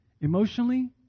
emotionally